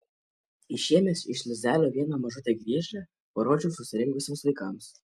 išėmęs iš lizdelio vieną mažutę griežlę parodžiau susirinkusiems vaikams